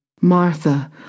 Martha